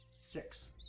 Six